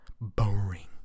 boring